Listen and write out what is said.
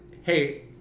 hey